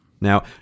Now